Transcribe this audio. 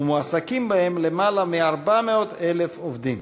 ומועסקים בהם למעלה מ-400,000 עובדים.